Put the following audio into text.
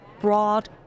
broad